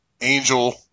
Angel